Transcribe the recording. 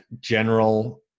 general